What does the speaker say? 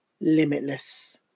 limitless